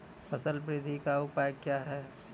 फसल बृद्धि का उपाय क्या हैं?